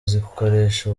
zikoresha